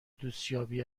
دوستیابی